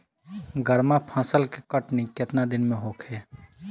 गर्मा फसल के कटनी केतना दिन में होखे?